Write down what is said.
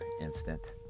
Instant